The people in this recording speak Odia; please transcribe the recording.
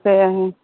ହଁ